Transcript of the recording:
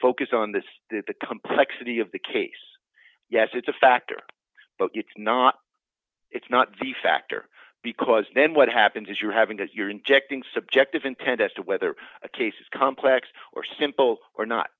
focus on this the complexity of the case yes it's a factor but it's not it's not the factor because then what happens is you're having to as you're injecting subjective intent as to whether a case is complex or simple or not